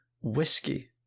Whiskey